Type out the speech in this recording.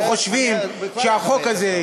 הם חושבים שהחוק הזה,